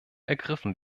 ergriffen